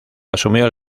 asumió